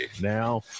now